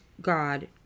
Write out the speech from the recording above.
God